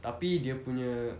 tapi dia punya